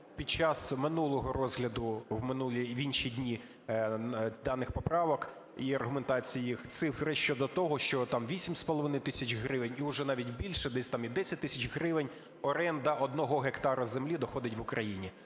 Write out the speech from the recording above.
під час минулого розгляду, в інші дні даних поправок, і аргументація їх цифри щодо того, що там 8,5 тисяч гривень, і вже навіть більше, десь там і 10 тисяч гривень оренда 1 гектара землі доходить в Україні.